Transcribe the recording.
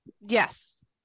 Yes